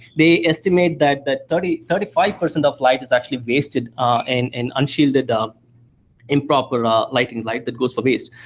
they estimate that that thirty thirty five percent of light is actually wasted in and unshielded, ah um improper ah lighting, light that goes to waste.